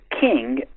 king